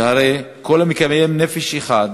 שהרי כל המקיים נפש אחת